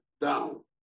down